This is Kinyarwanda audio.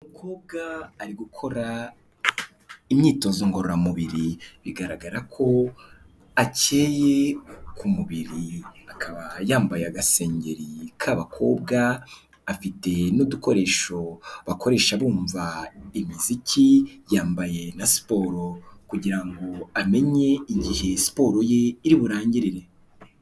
Umukobwa ari gukora imyitozo ngororamubiri, bigaragara ko akeye ku mubiri akaba yambaye agasengeri k'abakobwa, afite n'udukoresho bakoresha bumva imiziki, yambaye na siporo kugira ngo amenye igihe siporo ye iri burangirire.